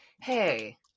hey